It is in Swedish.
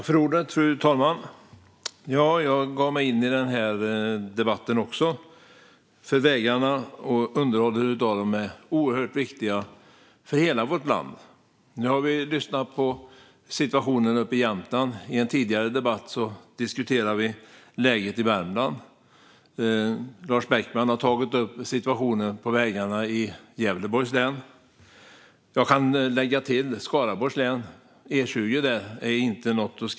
Fru talman! Jag gav mig in i den här debatten också, för vägarna och underhållet av dem är oerhört viktiga för hela vårt land. Nu har vi fått höra om situationen i Jämtland. I en tidigare debatt diskuterade vi läget i Värmland. Lars Beckman har tagit upp situationen på vägarna i Gävleborgs län. Jag själv kan lägga till Skaraborgs län.